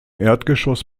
erdgeschoss